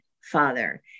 father